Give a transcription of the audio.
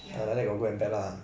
ya